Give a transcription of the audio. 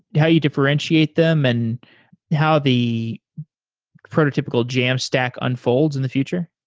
how you differentiate them and how the prototypical jamstack unfolds in the future?